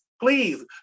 Please